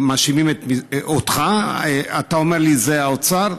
מאשימים אותך, ואתה אומר לי: זה האוצר.